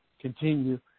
continue